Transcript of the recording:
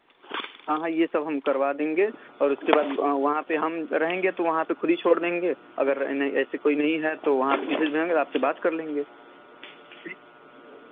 हाँ हाँ यह सब हम करवा देंगे और उसके बाद वहाँ पर हम रहेंगे तो वहाँ पे फ्री छोड़ देंगे अगर यह नहीं ऐसे कोई नहीं है तो वहाँ पर किसी से आपसे बात कर लेंगे